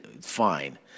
Fine